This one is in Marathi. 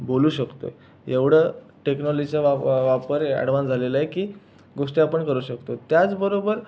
बोलू शकतो एवढं टेक्नॉलॉजीचा वाप वापर ॲडव्हान्स झालेला आहे की गोष्टी आपण करू शकतो त्याचबरोबर